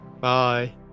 Bye